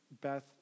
Beth